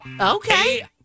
Okay